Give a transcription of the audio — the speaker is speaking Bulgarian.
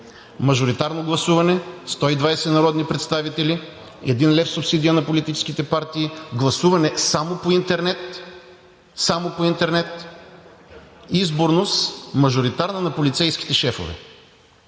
мажоритарно гласуване, 120 народни представители, един лев субсидия на политическите партии, гласуване само по интернет – само по интернет, изборност мажоритарно на полицейските шефове.